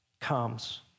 comes